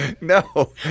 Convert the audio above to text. No